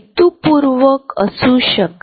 Jerry आपले काय